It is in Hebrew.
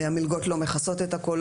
המלגות לא מכסות את הכול,